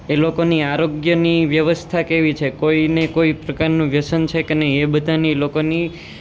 એ લોકોની આરોગ્યની વ્યવસ્થા કેવી છે કોઈને કોઈ પ્રકારનું વ્યસન છે કે નહીં એ બધાની લોકોની